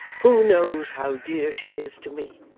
who knows how dear she is to me,